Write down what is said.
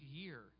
year